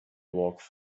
walk